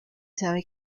sabe